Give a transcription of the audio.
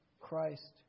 Christ